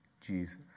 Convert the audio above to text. Jesus